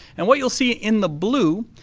and what you will see in the blue,